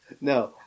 No